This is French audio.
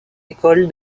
école